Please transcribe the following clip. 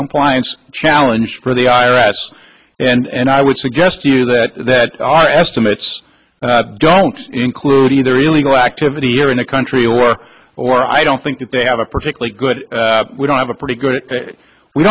compliance challenge for the i r s and i would suggest to you that that our estimates don't include either illegal activity here in the country or or i don't think that they have a particularly good we don't have a pretty good we